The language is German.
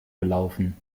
gelaufen